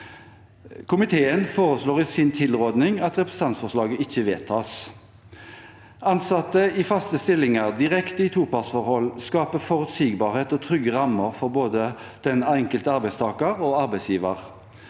Komiteen foreslår i sin tilråding at representantforslaget ikke vedtas. Ansatte i faste stillinger direkte i topartsforhold skaper forutsigbarhet og trygge rammer for både den enkelte arbeidstaker og arbeidsgiver.